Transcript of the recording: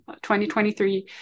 2023